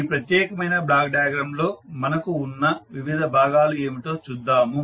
ఈ ప్రత్యేకమైన block diagram లో మనకు ఉన్న వివిధ భాగాలు ఏమిటో చూద్దాము